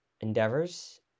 Endeavors